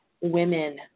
women